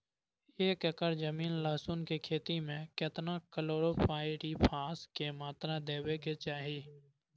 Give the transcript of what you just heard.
एक एकर जमीन लहसुन के खेती मे केतना कलोरोपाईरिफास के मात्रा देबै के चाही?